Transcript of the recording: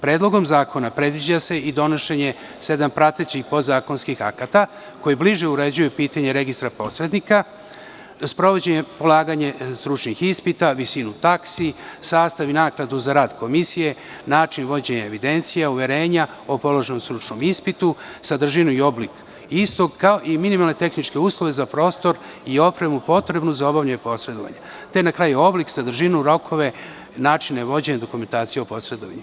Predlogom zakona predviđa se i donošenje sedam pratećih podzakonskih akata koji bliže uređuju pitanje registra posrednika, sprovođenje polaganja stručnih ispita, visinu taksi, sastav i naknadu za rad komisije, način vođenja evidencija uverenja o položenom stručnom ispitu, sadržinu i oblik istog, kao i minimalne tehničke uslove za prostor i opremu potrebnu za obavljanje posredovanja, te na kraju oblik, sadržinu, rokove i načine vođenja dokumentacije o posredovanju.